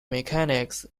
mechanics